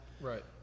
Right